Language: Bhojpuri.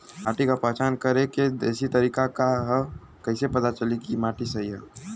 माटी क पहचान करके देशी तरीका का ह कईसे पता चली कि माटी सही ह?